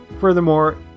Furthermore